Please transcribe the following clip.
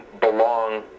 belong